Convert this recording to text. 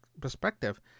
perspective